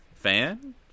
fan